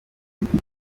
moto